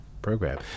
program